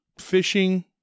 fishing